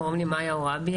קוראים לי מאיה עוראבי,